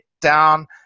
down